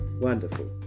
wonderful